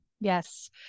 Yes